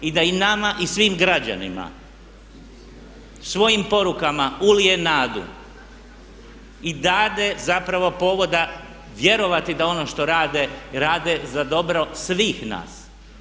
I da nama i svim građanima svojim porukama ulije nadu i dade zapravo povoda vjerovati da ono što rade za dobro svih nas.